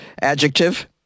adjective